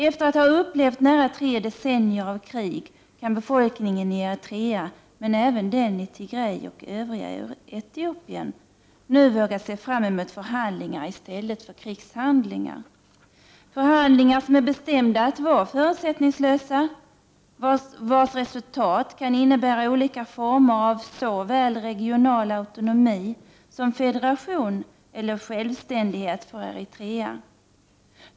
Efter att ha upplevt nära tre decennier av krig kan befolkningen i Eritrea, men även den i Tigray och övriga Etiopien, nu våga se fram emot förhandlingar i stället för krigshandlingar. Det har bestämts att förhandlingarna skall vara förutsättningslösa. Förhandlingarnas resultat kan innebära olika former av såväl regional autonomi som federation eller självständighet för Eritrea.